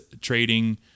trading